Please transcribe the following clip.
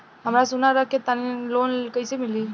हमरा सोना रख के लोन कईसे मिली?